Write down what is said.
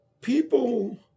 people